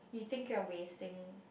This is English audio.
he think away think